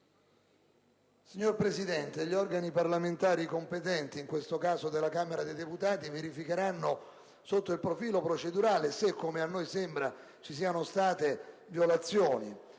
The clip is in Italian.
Signor Presidente, gli organi parlamentari competenti, in questo caso della Camera dei deputati, verificheranno sotto il profilo procedurale se, come a noi sembra, ci siano state violazioni.